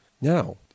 Now